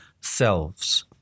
selves